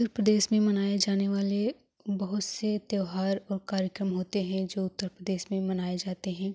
उत्तर प्रदेश में मनाए जाने वाले बहुत से त्योहार और कार्यक्रम होते हैं जो उत्तर प्रदेश में मनाए जाते हैं